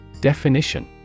Definition